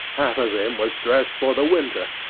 half of him was dressed for the winter,